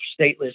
stateless